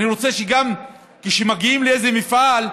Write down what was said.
אני גם רוצה שכשהם מגיעים לאיזה מפעל,